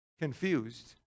confused